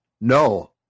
No